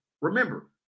Remember